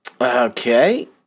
Okay